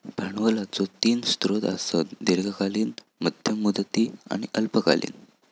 भांडवलाचो तीन स्रोत आसत, दीर्घकालीन, मध्यम मुदती आणि अल्पकालीन